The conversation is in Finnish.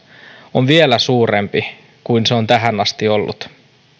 on vielä suurempi kuin se on tähän asti ollut